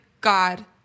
god